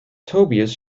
tobias